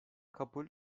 kabul